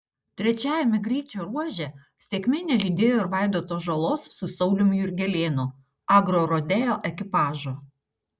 trečiajame greičio ruože sėkmė nelydėjo ir vaidoto žalos su sauliumi jurgelėnu agrorodeo ekipažo